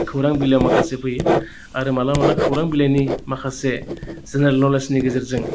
खौरां बिलाइआव माखासे फैयो आरो माब्लाबा माब्लाबा खौरां बिलाइनि माखासे जेनेरेल नलेजनि गेजेरजों